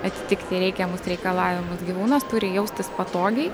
atitikti reikiamus reikalavimus gyvūnas turi jaustis patogiai